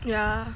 yeah